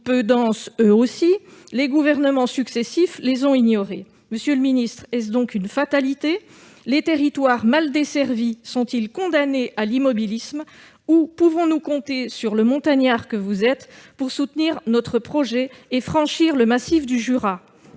peu denses !-, les gouvernements successifs les ont ignorés. Monsieur le secrétaire d'État, est-ce donc une fatalité ? Les territoires mal desservis sont-ils condamnés à l'immobilisme, ou bien pouvons-nous compter sur le montagnard que vous êtes pour soutenir notre projet et franchir le massif du Jura ?